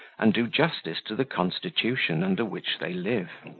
and do justice to the constitution under which they live.